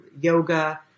yoga